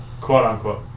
quote-unquote